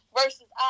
versus